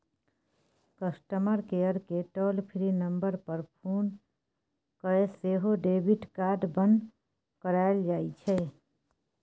customer केयरकेँ toll free number पर phone कए सेहो डेबिट कार्ड बन्न कराएल जाइ छै